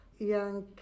young